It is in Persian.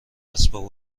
اسباب